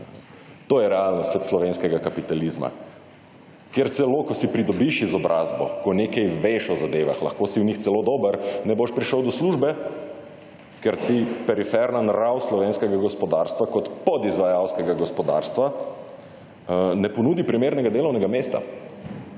To je realnost slovenskega kapitalizma. Kjer celo, ko si pridobiš izobrazbo, ko nekaj veš o zadevah, lahko si v njih celo dober, ne boš prišel do službe, ker ti periferna nrav slovenskega gospodarstva kot podizvajalskega gospodarstva ne ponudi primernega delovnega mesta.